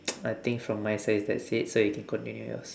I think from my side is that's it so you can continue yours